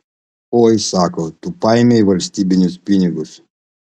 oi sako tu paėmei valstybinius pinigus